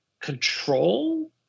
control